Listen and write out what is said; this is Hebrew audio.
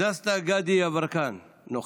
דסטה גדי יברקן, נוכח.